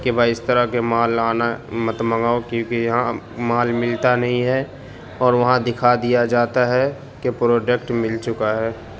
کہ بھائی اس طرح كے مال لانا مت منگاؤ كیوں كہ یہاں مال ملتا نہیں ہے اور وہاں دکھا دیا جاتا ہے کہ پروڈکٹ مل چکا ہے